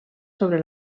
sobre